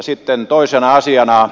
sitten toinen asia